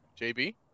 JB